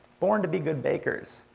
born to be good bakers.